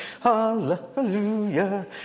hallelujah